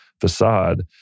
facade